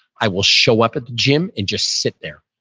i will show up at the gym and just sit there.